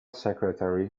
secretary